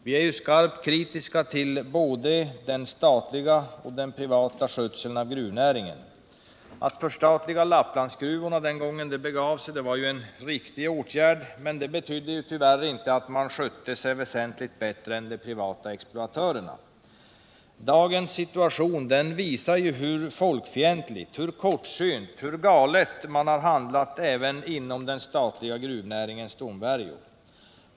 Vi är skarpt kritiska till både den statliga och den privata skötseln av gruvnäringen. Att förstatliga Lapplandsgruvorna den gången det begav sig var en riktig åtgärd, men det betydde ju tyvärr inte att man skötte sig väsentligt bättre än de privata exploatörerna. Dagens situation visar hur folkfientligt, kortsynt och galet man har handlat även inom den statliga gruvnäringens domvärjo.